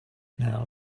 now